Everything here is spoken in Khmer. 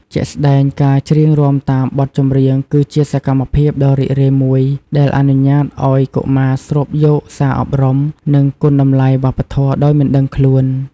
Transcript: ជាក់ស្ដែង ការច្រៀងរាំតាមបទចម្រៀង គឺជាសកម្មភាពដ៏រីករាយមួយ ដែលអនុញ្ញាតឲ្យកុមារស្រូបយកសារអប់រំ និងគុណតម្លៃវប្បធម៌ដោយមិនដឹងខ្លួន។